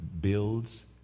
builds